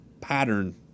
pattern